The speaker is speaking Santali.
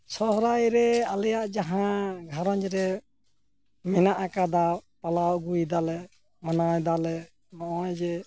ᱥᱚᱦᱚᱨᱟᱭ ᱨᱮ ᱟᱞᱮᱭᱟᱜ ᱡᱟᱦᱟᱸ ᱜᱷᱟᱨᱚᱸᱧᱡᱽ ᱨᱮ ᱢᱮᱱᱟᱜ ᱟᱠᱟᱫᱟ ᱯᱟᱞᱟᱣ ᱟᱹᱜᱩᱭᱮᱫᱟᱞᱮ ᱢᱟᱱᱟᱣᱮᱫᱟᱞᱮ ᱱᱚᱜᱚᱭᱡᱮ